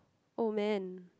oh man